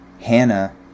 Hannah